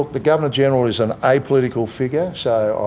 the governor general is an apolitical figure, so,